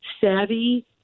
savvy